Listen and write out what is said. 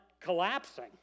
collapsing